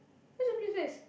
where's Tampines-West